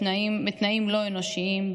בתנאים לא אנושיים,